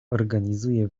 organizuje